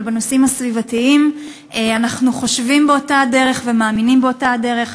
אבל בנושאים הסביבתיים אנחנו חושבים באותה הדרך ומאמינים באותה הדרך.